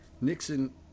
nixon